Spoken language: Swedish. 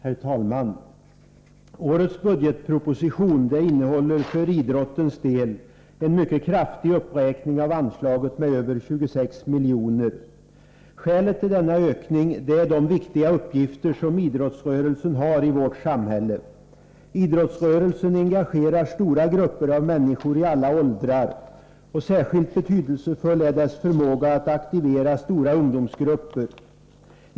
Herr talman! Årets budgetproposition innehåller för idrottens del en mycket kraftig uppräkning av anslaget med över 26 miljoner. Skälet till denna ökning är de viktiga uppgifter idrottsrörelsen har i vårt samhälle. Idrottsrörelsen engagerar stora grupper av människor i alla åldrar, och särskilt betydelsefull är dess förmåga att aktivera stora ungdomsgrupper.